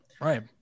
Right